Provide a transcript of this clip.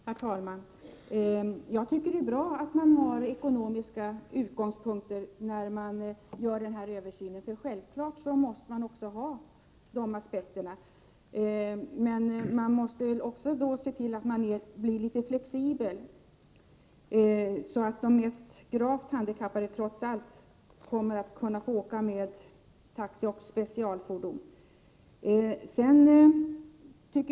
Herr talman! Jag tycker det är bra att man har ekonomiska utgångspunkter när man gör denna översyn. Självfallet måste man också ha med de aspekterna. Men man måste samtidigt vara litet flexibel, så att de mest handikappade trots allt kommer att kunna få åka med taxi och specialfordon.